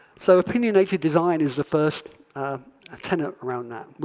so opinionated design is the first ah tenant around that.